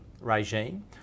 regime